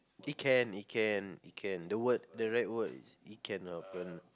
he can he can he can the word the right word is he can open